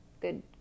good